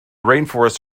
rainforests